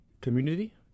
community